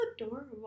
adorable